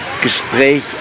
Gespräch